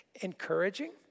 encouraging